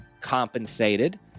compensated